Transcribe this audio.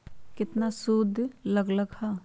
केतना सूद लग लक ह?